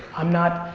i'm not,